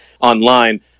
online